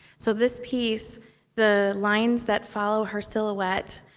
so this piece the lines that follow her silhouette,